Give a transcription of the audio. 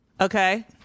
okay